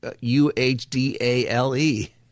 U-H-D-A-L-E